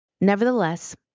Nevertheless